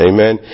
Amen